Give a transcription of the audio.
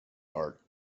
art